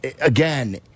again